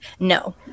No